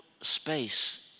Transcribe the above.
space